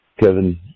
Kevin